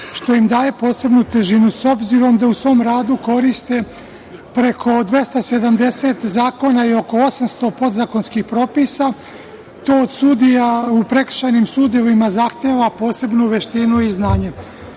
što im daje posebnu težinu.S obzirom da u svom radu koriste preko 270 zakona i oko 800 podzakonskih propisa, to od sudija u prekršajnim sudovima zahteva posebnu veštinu i